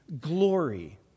glory